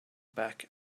back